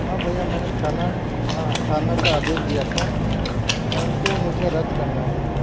हाँ भय्या मैंने खाना हाँ खाने का आदेश दिया था परंतु मुझे रद्द करना है भय्या